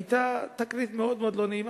היתה תקרית מאוד לא נעימה,